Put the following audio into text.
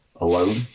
alone